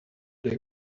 they